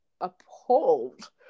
appalled